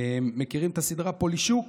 מכירים את הסדרה פולישוק?